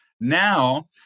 Now